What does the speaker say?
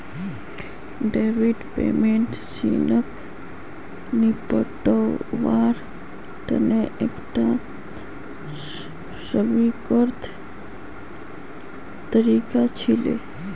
deferred payment ऋणक निपटव्वार तने एकता स्वीकृत तरीका छिके